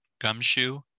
gumshoe